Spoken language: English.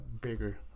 bigger